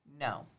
No